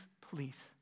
please